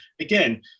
Again